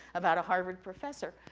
about a harvard professor,